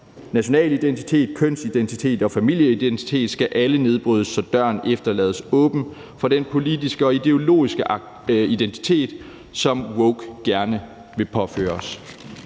Nationalidentitet, kønsidentitet og familieidentitet skal alle nedbrydes, så døren efterlades åben for den politiske og ideologiske identitet, som woke gerne vil påføre